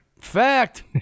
Fact